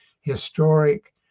historic